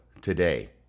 today